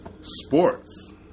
sports